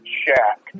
shack